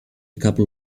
couple